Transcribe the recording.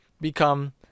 become